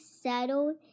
settled